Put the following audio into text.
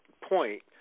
point